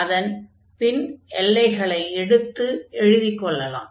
அதன் பின் எல்லைகளை எடுத்து எழுதிக் கொள்ளலாம்